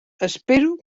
espero